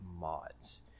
mods